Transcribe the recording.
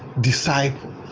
disciple